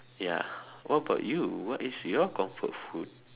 ya what about you what is your comfort food